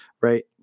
right